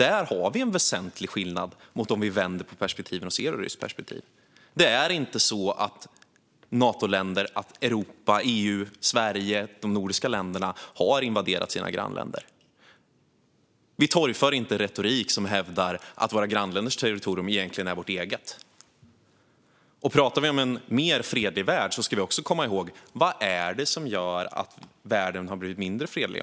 Där har vi en väsentlig skillnad mot om vi vänder på perspektiven och ser det ur ryskt perspektiv. Det är inte så att Natoländer, Europa, EU, Sverige eller de nordiska länderna har invaderat sina grannländer. Vi torgför inte en retorik som hävdar att våra grannländers territorium egentligen är vårt eget. Och om vi talar om en fredligare värld ska vi också ställa oss frågan: Vad är det som gör att världen har blivit mindre fredlig?